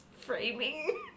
framing